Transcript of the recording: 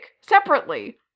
separately